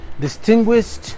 distinguished